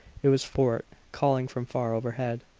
it was fort, calling from far overhead.